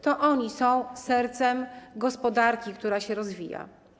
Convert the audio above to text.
To oni są sercem gospodarki, która się rozwija.